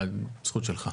הזכות שלך.